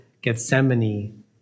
Gethsemane